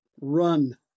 run